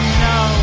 no